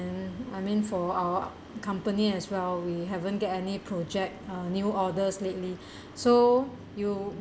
and then I mean for our company as well we haven't get any project uh new orders lately so you